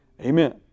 Amen